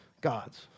gods